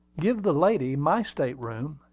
give the lady my state-room,